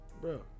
Bro